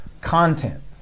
content